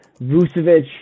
Vucevic